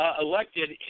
elected